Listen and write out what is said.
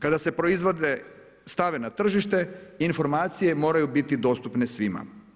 Kada se proizvodi stave na tržište informacije moraju biti dostupne svima.